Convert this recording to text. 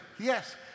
yes